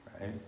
right